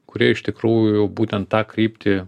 kurie iš tikrųjų būtent tą kryptį